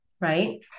right